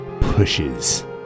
pushes